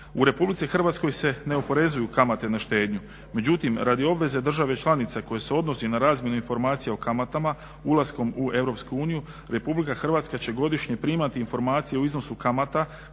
U Republici Hrvatskoj se ne oporezuju kamate na štednju. Međutim, radi obveze države članica koje se odnosi na razmjenu informacija o kamatama ulaskom u EU Republika Hrvatska će godišnje primati informacije o iznosu kamata